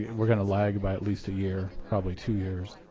we're going to lag by at least a year, probably two years,